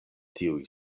tiuj